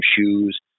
shoes